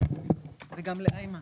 איימן